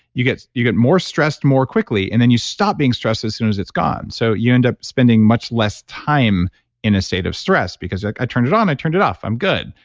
you get you get more stressed more quickly and then you stop being stressed as soon as it's gone. so you end up spending much less time in a state of stress because like i turned it on, i turned it off, i'm good.